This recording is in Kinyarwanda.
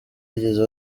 bigeze